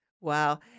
Wow